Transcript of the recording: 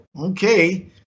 okay